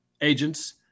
agents